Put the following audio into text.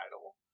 title